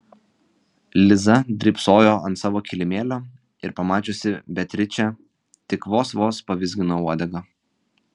liza drybsojo ant savo kilimėlio ir pamačiusi beatričę tik vos vos pavizgino uodegą